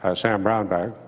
ah sam brownback.